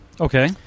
Okay